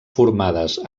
formades